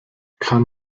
kann